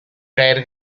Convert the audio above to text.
caer